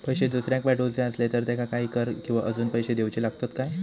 पैशे दुसऱ्याक पाठवूचे आसले तर त्याका काही कर किवा अजून पैशे देऊचे लागतत काय?